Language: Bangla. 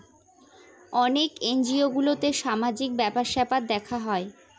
অনেক এনজিও গুলোতে সামাজিক ব্যাপার স্যাপার দেখা হয়